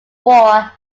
war